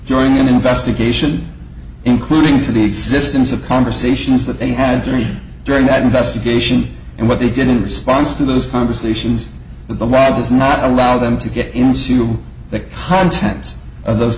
during an investigation including to the existence of conversations that they had read during that investigation and what they did in response to those conversations with the law does not allow them to get into the contents of those